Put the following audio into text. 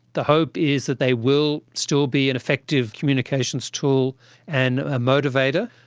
the hope is that they will still be an effective communications tool and a motivator.